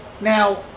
Now